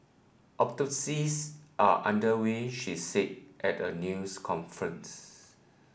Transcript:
autopsies are under way she said at a news conference